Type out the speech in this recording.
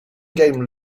game